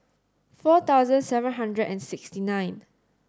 four thousand seven hundred and sixty nine